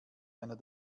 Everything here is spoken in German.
einer